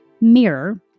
mirror